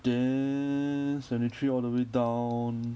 then seventy three all the way down